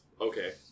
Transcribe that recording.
Okay